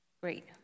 Great